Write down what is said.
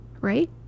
right